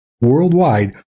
worldwide